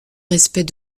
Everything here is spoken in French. respect